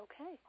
Okay